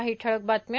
काही ठळक बातम्या